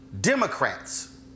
Democrats